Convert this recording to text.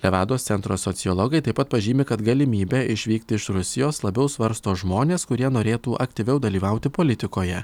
levados centro sociologai taip pat pažymi kad galimybė išvykti iš rusijos labiau svarsto žmonės kurie norėtų aktyviau dalyvauti politikoje